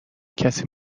کسی